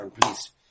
please